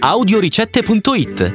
Audioricette.it